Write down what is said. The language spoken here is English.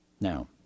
Now